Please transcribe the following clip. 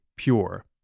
pure